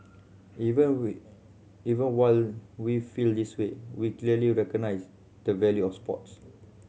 even we even while we feel this way we clearly recognise the value of sports